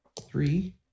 three